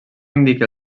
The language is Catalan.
indica